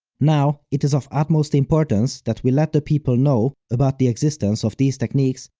now, it is of utmost importance that we let the people know about the existence of these techniques,